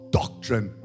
doctrine